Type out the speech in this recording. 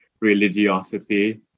religiosity